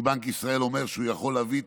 כי בנק ישראל אומר שהוא יכול להביא את